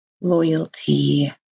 loyalty